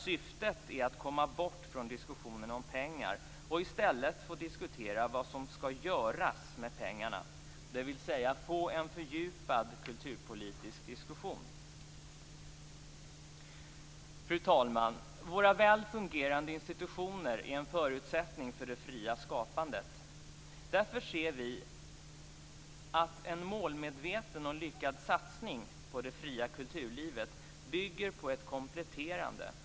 Syftet är att komma bort från diskussionen om pengar och i stället få diskutera vad som skall göras med pengarna, dvs. få en fördjupad kulturpolitisk diskussion. Fru talman! Våra väl fungerande institutioner är en förutsättning för det fria skapandet. Därför ser vi att en målmedveten och lyckad satsning på det fria kulturlivet bygger på ett kompletterande.